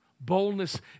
Boldness